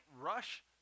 rush